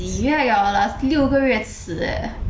几月了啦六个月迟 eh